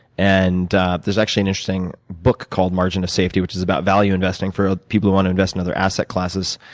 and there's actually an interesting book called margin of safety which is about value investing, for people who want to invest in other asset classes.